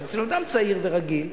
אז אצל אדם צעיר ורגיל,